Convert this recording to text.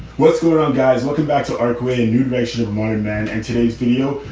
what's going on guys. welcome back to arccway and new direction of modern man. and today's video.